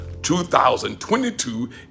2022